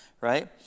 right